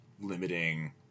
limiting